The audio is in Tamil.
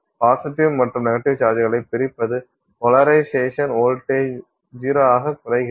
பாசிட்டிவ் மற்றும் நெகட்டிவ் சார்ஜ்களைப் பிரிப்பது போலரைசேஷன் வோல்டேஜ் 0 ஆக குறைகிறது